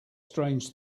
strange